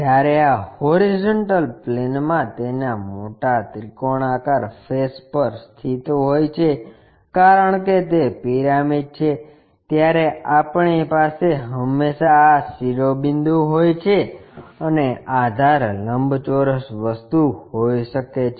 જ્યારે તે હોરીઝોન્ટલ પ્લેનમાં તેના મોટા ત્રિકોણાકાર ફેસ પર સ્થિત હોય છે કારણ કે તે પિરામિડ છે ત્યારે આપણી પાસે હંમેશા આ શિરોબિંદુ હોય છે અને આધાર લંબચોરસ વસ્તુ હોઈ શકે છે